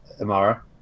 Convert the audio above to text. Amara